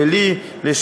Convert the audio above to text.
לליהי,